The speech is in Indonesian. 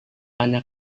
anak